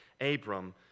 Abram